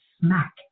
smack